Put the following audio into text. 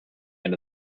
end